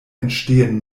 entstehen